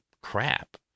crap